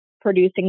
producing